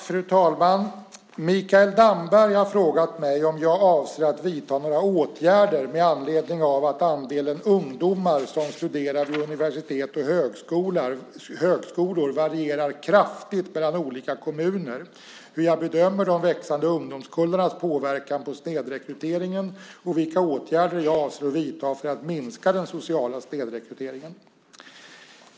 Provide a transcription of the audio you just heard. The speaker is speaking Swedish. Fru talman! Mikael Damberg har frågat mig om jag avser att vidta några åtgärder med anledning av att andelen ungdomar som studerar vid universitet och högskolor varierar kraftigt mellan olika kommuner, hur jag bedömer de växande ungdomskullarnas påverkan på snedrekryteringen och vilka åtgärder jag avser att vidta för att minska den sociala snedrekryteringen.